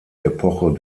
epoche